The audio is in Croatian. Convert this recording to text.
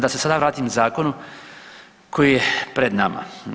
Da se sada vratim Zakonu koji je pred nama.